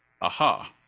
aha